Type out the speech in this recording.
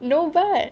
no but